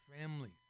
families